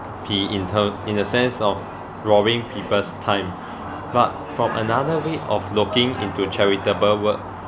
be in terms in a sense of roaring people's time but from another way of looking into charitable work